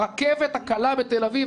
של הרכבת הקלה בתל אביב,